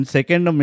Second